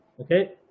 Okay